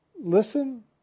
listen